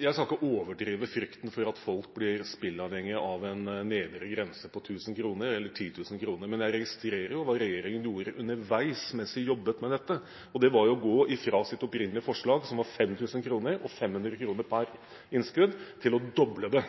Jeg skal ikke overdrive frykten for at folk blir spilleavhengige av en nedre grense på 1 000 kr eller 10 000 kr. Men jeg registrerer hva regjeringen gjorde underveis mens vi jobbet med dette, og det var å gå fra sitt opprinnelige forslag, som var 5 000 kr, og 500 kr per innskudd, til å doble det.